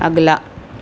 اگلا